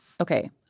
Okay